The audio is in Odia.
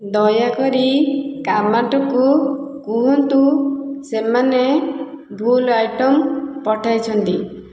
ଦୟାକରି କାମାର୍ଟକୁ କୁହନ୍ତୁ ସେମାନେ ଭୁଲ୍ ଆଇଟମ୍ ପଠାଇଛନ୍ତି